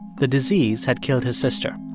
the disease had killed his sister.